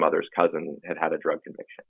mothers cousin had had a drug conviction